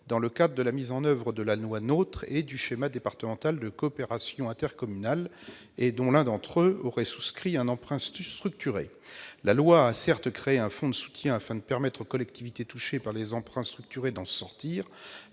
dans le cadre de la loi NOTRe et du schéma départemental de coopération intercommunale, lorsque l'un des EPCI avait précédemment souscrit un emprunt structuré. La loi a certes créé un fonds de soutien afin de permettre aux collectivités touchées par des emprunts structurés d'en sortir,